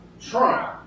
Trump